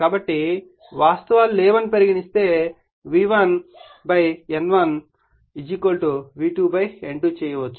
కాబట్టి నష్టాలు లేవని పరిగణిస్తే V1 N1 V2 N2 చేయవచ్చు